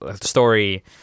story